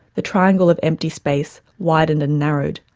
the triangle of empty space widened and narrowed,